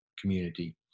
community